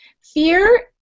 Fear